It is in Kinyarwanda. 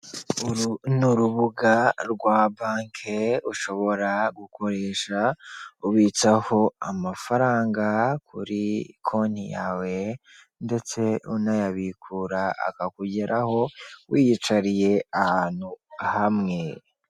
Uru ni urubuga rwa banke ushobora gukoresha ubitsaho amafaranga kuri konti yawe ndetse unayabikura akakugeraho wiyicariye ahantu hamwe.